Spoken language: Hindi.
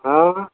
हाँ